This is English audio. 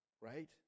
Right